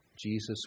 Jesus